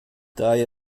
daher